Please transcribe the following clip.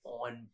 on